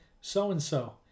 so-and-so